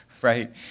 right